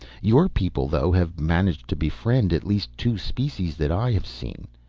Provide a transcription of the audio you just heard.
your people, though, have managed to befriend at least two species that i have seen.